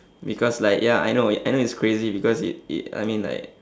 because like ya I know I know it's crazy because it it I mean like